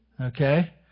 okay